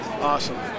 Awesome